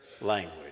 language